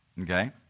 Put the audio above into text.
okay